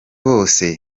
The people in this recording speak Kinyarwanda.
bose